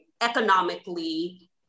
economically